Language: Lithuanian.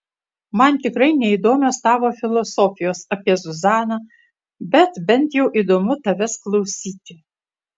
man tikrai neįdomios tavo filosofijos apie zuzaną bet bent jau įdomu tavęs klausyti